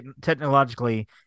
technologically